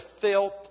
filth